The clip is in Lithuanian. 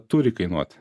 turi kainuot